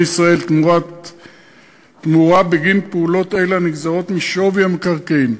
ישראל בגין פעולות אלה תמורה הנגזרת משווי המקרקעין.